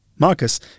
Marcus